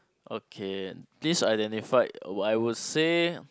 okay least identified I would say